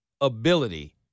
ability